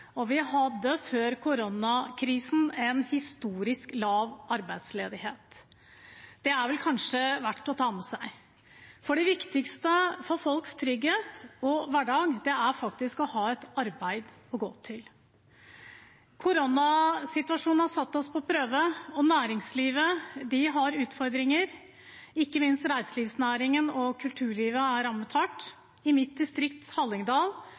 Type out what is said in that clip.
og at vi før koronakrisen hadde en historisk lav arbeidsledighet. Det er det kanskje verdt å ta med seg. For det viktigste for folks trygghet og hverdag er faktisk å ha et arbeid å gå til. Koronasituasjonen har satt oss på prøve, og næringslivet har utfordringer, ikke minst er reiselivsnæringen og kulturlivet rammet hardt. I mitt distrikt, Hallingdal,